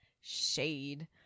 Shade